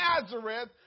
Nazareth